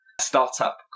startup